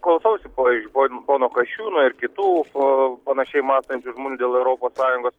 klausausi pavyzdžiui pono pono kasčiūno ir kitų panašiai mąstančių žmonių dėl europos sąjungos